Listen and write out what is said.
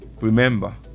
remember